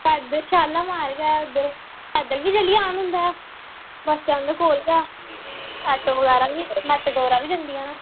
इद्धर शालामार गै उद्धर पैदल बी चली जान होंदा बस्सै उंदे कोल गै आटो मेटाडोरां बगैरा बी जंदियां न